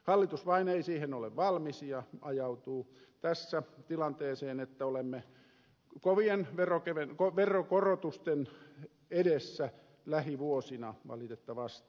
hallitus vain ei siihen ole valmis ja ajautuu tässä tilanteeseen että olemme kovien veronkorotusten edessä lähivuosina valitettavasti